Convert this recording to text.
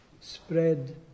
spread